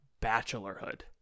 bachelorhood